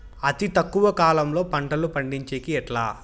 అతి తక్కువ కాలంలో పంటలు పండించేకి ఎట్లా?